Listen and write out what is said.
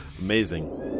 Amazing